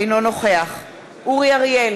אינו נוכח אורי אריאל,